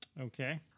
Okay